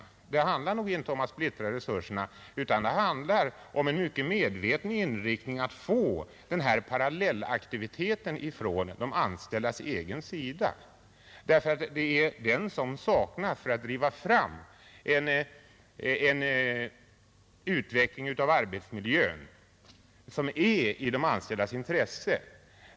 Emellertid handlar det nog inte om att splittra resurserna, utan det handlar i stället om en mycket medveten inriktning på att erhålla den här parallellaktiviteten från de anställdas egen sida, därför att det är just den som saknas för att man skall kunna driva fram en utveckling av arbetsmiljön som är i de anställdas intresse.